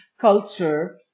culture